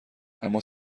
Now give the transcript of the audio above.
اما